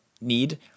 need